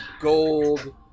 gold